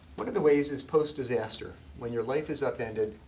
one of the ways is post-disaster. when your life is upended,